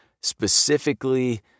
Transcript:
Specifically